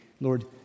Lord